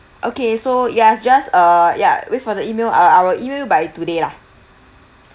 okay so yes just err ya wait for the email I I will email you by today lah